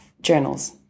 journals